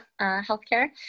healthcare